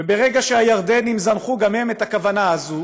וברגע שהירדנים זנחו גם הם את הכוונה הזאת